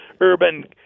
urban